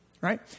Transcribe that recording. right